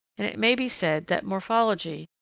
and it may be said that morphology,